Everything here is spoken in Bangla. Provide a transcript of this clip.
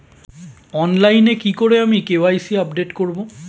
অনলাইনে কি করে আমি কে.ওয়াই.সি আপডেট করব?